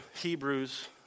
Hebrews